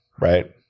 right